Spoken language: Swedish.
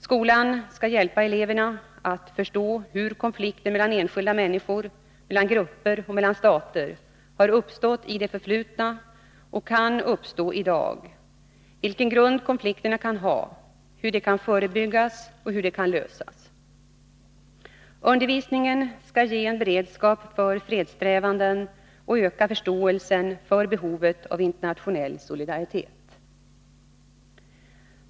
Skolan skall hjälpa eleverna att förstå hur konflikter mellan enskilda människor, mellan grupper och mellan stater har uppstått i det förflutna och kan uppstå i dag, vilken grund konflikterna kan ha, hur de kan förebyggas och hur de kan lösas. Undervisningen skall ge en beredskap för fredssträvanden och öka förståelsen för behovet av internationell solidaritet.